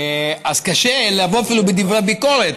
אז קשה לבוא אפילו בדברי ביקורת.